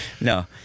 no